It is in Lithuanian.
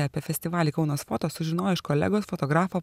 apie festivalį kaunas foto sužinojo iš kolegos fotografo